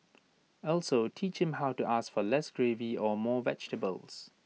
also teach him how to ask for less gravy or more vegetables